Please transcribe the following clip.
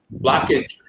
blockage